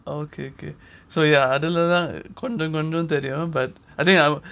okay okay so ya அதுல தான் கொஞ்சம் கொஞ்சம் தெரியும்:adhulathan konjam konjam therium but I think I